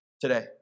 today